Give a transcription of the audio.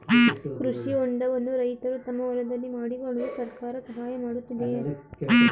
ಕೃಷಿ ಹೊಂಡವನ್ನು ರೈತರು ತಮ್ಮ ಹೊಲದಲ್ಲಿ ಮಾಡಿಕೊಳ್ಳಲು ಸರ್ಕಾರ ಸಹಾಯ ಮಾಡುತ್ತಿದೆಯೇ?